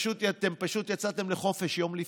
אתם פשוט יצאתם לחופש יום לפני.